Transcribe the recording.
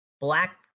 black